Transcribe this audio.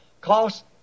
cost